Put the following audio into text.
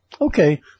okay